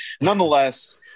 Nonetheless